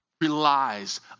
relies